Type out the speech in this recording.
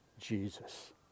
Jesus